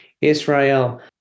Israel